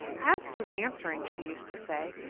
as to answering, she used to say,